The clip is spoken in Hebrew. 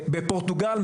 בפורטוגל,